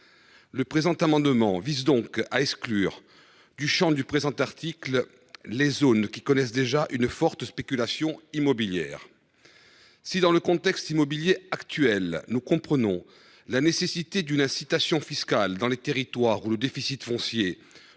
Cet amendement vise à exclure du champ du présent article les zones qui connaissent déjà une forte spéculation immobilière. Si dans le contexte immobilier actuel nous comprenons la nécessité d’une incitation fiscale dans les territoires où l’insuffisance